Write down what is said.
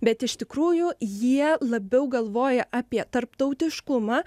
bet iš tikrųjų jie labiau galvoja apie tarptautiškumą